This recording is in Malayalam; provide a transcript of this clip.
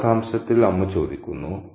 ആ കഥാംശത്തിൽ അമ്മു ചോദിക്കുന്നു